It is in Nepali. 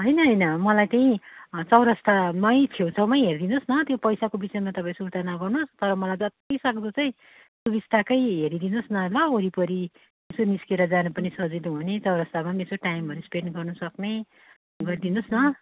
होइन होइन मलाई त्यही चौरास्तामै छेउछाउमै हेरिदिनु होस् न त्यो पैसाको विषयमा तपाईँ सुर्ता नगर्नुहोस् तर मलाई जत्तिसक्दो चाहिँ सुविस्ताकै हेरिदिनु होस् न ल वरिपरि यसो निस्केर जानु पनि सजिलो हुने चौरास्तामा पनि यसो टाइमहरू स्पेन्ड गर्नुसक्ने गरिदिनु होस् न